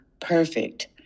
perfect